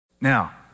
Now